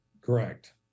Correct